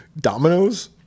dominoes